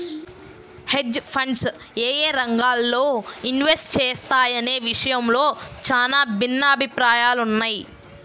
hedge funds యేయే రంగాల్లో invest చేస్తాయనే విషయంలో చానా భిన్నాభిప్రాయాలున్నయ్